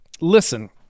listen